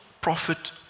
prophet